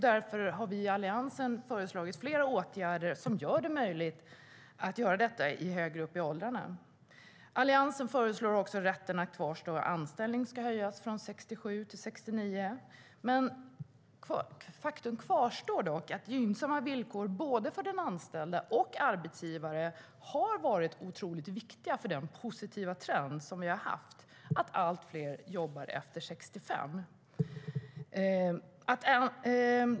Därför har vi i Alliansen föreslagit flera åtgärder som gör detta möjligt högre upp i åldrarna. Alliansen föreslår också att rätten att kvarstå i anställning ska höjas från 67 års ålder till 69 års ålder. Men faktum kvarstår dock att gynnsamma villkor, både för den anställde och för arbetsgivaren, har varit otroligt viktiga för den positiva trend som vi har haft i och med att allt fler väljer att jobba efter 65 år.